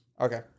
Okay